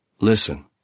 Listen